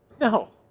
No